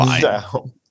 down